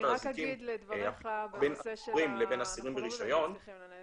הטכנולוגיה זו שאלה